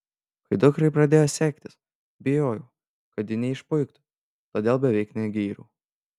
kai dukrai pradėjo sektis bijojau kad ji neišpuiktų todėl beveik negyriau